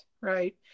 right